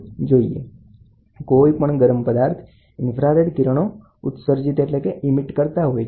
તો આ infrared pyrometer છે કોઈપણ ગરમ પદાર્થ હોય ત્યારે ઇન્ફ્રારેડ પાયરોમીટર કિરણો ઉત્સર્જિત કરે છે